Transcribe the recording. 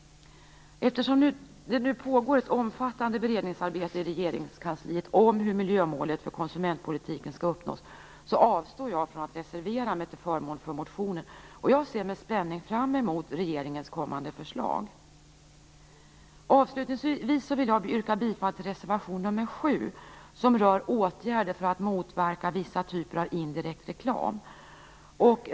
Eftersom det pågår ett omfattande beredningsarbete i Regeringskansliet om hur miljömålet för konsumentpolitiken skall uppnås avstår jag från att reservera mig till förmån för motionen. Jag ser med spänning fram emot regeringens kommande förslag. Avslutningsvis yrkar jag bifall till reservation nr 7 som rör åtgärder för att motverka vissa typer av indirekt reklam.